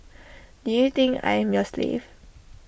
do you think I am your slave